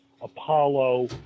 Apollo